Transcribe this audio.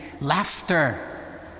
laughter